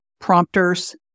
prompters